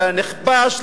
לנכבש,